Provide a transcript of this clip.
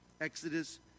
Exodus